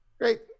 Great